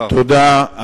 תודה.